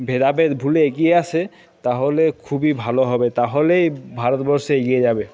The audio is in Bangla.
ভেদাভেদ ভুলে এগিয়ে আসে তাহলে খুবই ভালো হবে তাহলেই ভারতবর্ষ এগিয়ে যাবে